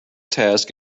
task